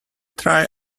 tried